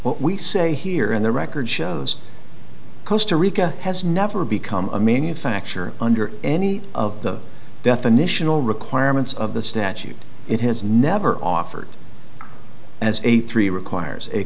what we say here and the record shows coast to reka has never become a manufacture under any of the definitional requirements of the statute it has never offered as a three requires a